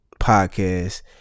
podcast